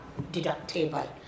deductible